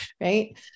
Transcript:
right